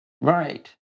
Right